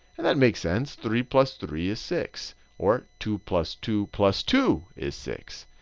and that makes sense. three plus three is six or two plus two plus two is six.